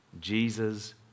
Jesus